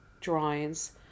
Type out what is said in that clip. drawings